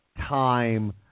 time